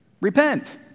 repent